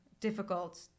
difficult